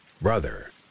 brother